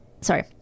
sorry